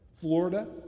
Florida